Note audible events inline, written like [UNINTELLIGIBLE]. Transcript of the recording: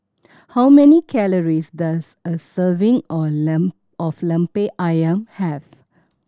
how many calories does a serving on [UNINTELLIGIBLE] of Lemper Ayam have